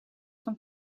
van